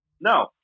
No